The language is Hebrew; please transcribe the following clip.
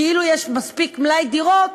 כאילו יש מספיק מלאי דירות,